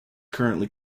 currently